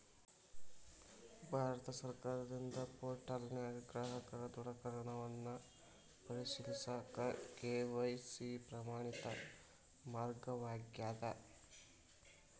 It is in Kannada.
ಭಾರತ ಸರ್ಕಾರದಿಂದ ಪೋರ್ಟಲ್ನ್ಯಾಗ ಗ್ರಾಹಕರ ದೃಢೇಕರಣವನ್ನ ಪರಿಶೇಲಿಸಕ ಕೆ.ವಾಯ್.ಸಿ ಪ್ರಮಾಣಿತ ಮಾರ್ಗವಾಗ್ಯದ